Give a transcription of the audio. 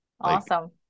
Awesome